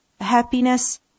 happiness